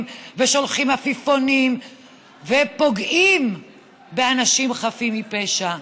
ושולחים עפיפונים ופוגעים באנשים חפים מפשע,